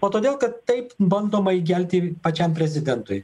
o todėl kad taip bandoma įgelti pačiam prezidentui